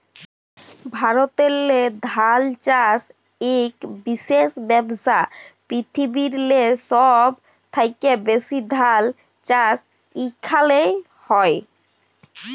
ভারতেল্লে ধাল চাষ ইক বিশেষ ব্যবসা, পিরথিবিরলে সহব থ্যাকে ব্যাশি ধাল চাষ ইখালে হয়